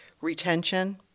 retention